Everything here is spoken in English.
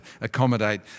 accommodate